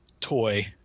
toy